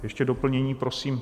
Ještě doplnění prosím.